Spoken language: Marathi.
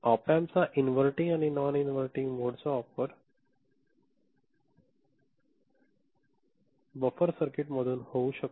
ऑप अँप चा इनव्हर्टींग आणि नॉन इनव्हर्टींग मोड चावापर बफर सर्किट म्हणून होऊ शकते